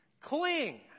cling